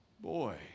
boy